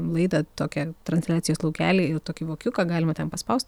laidą tokią transliacijos laukelį ir tokį vokiuką galima ten paspaust